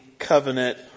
covenant